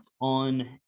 on